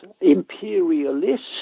imperialist